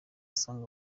asanga